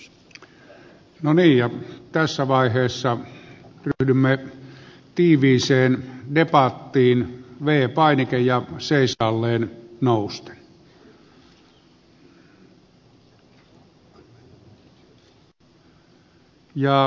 no niin ja tässä vaiheessa ryhdymme tiiviiseen debattiin v painike ja seisaalleen nousten